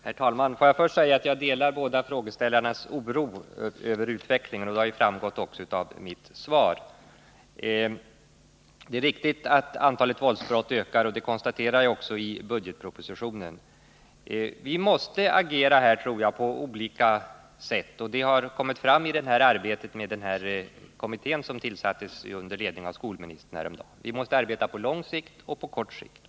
Herr talman! Låt mig först säga att jag delar båda frågeställarnas oro över utvecklingen. Det har också framgått av mitt svar. Det är riktigt att antalet våldsbrott ökar. Det konstaterar jag också i budgetpropositionen. Vi måste här agera på olika sätt, t.ex. i arbetet med den kommitté som häromdagen tillsattes av skolministern. Vi måste arbeta på lång sikt och på kort sikt.